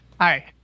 Hi